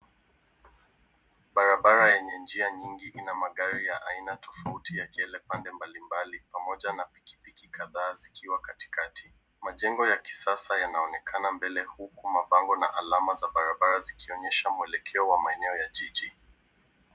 Barabara enye njia nyingi ina magari ya aina tofauti yakiende upande mbalimbali pamoja na pikipiki kadhaa zikiwa katikati. Majengo ya kisasa yanaonekana mbele huku mabango na alama za barabara zikioyesha mwelekeo wa maeneo ya jiji.